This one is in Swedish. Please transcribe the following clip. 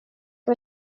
ska